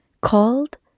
called